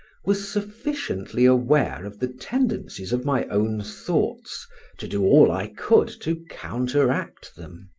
was sufficiently aware of the tendencies of my own thoughts to do all i could to counteract them.